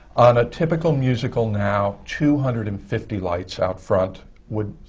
on a typical musical now, two hundred and fifty lights out front would